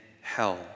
hell